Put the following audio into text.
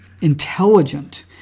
intelligent